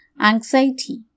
anxiety